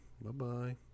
Bye-bye